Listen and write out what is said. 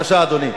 בבקשה, אדוני.